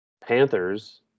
Panthers